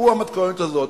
הוא המתכונת הזאת.